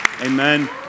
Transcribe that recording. Amen